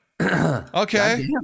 okay